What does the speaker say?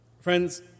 Friends